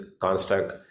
construct